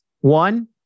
One